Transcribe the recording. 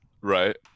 Right